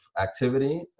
activity